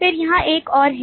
फिर यहाँ एक और है